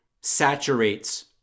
saturates